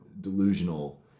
delusional